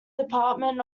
department